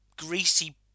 greasy